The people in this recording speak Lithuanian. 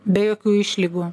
be jokių išlygų